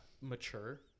mature